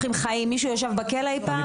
ישב בכלא אי פעם?